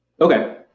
Okay